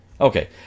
Okay